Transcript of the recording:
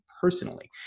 personally